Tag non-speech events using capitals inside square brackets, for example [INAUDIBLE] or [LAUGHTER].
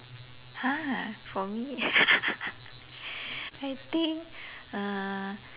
!huh! for me [LAUGHS] I think uh